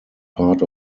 part